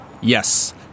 Yes